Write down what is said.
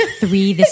three